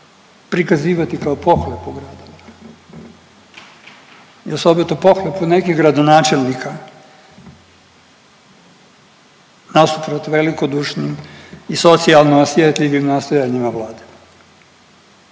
prikazivati kao pohlepu gradova i osobito pohlepu nekih gradonačelnika nasuprot velikodušnim i socijalno osjetljivim nastojanjima Vlade.